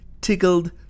tickled